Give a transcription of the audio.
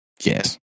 yes